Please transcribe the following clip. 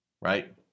Right